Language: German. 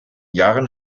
jahren